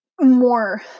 more